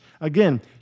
Again